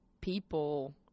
people